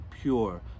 pure